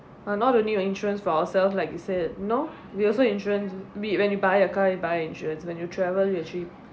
but not only your insurance for ourselves like you said no we also insurance we when you buy a car you buy insurance when you travel you actually